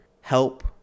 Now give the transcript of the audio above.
help